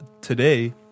today